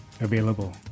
available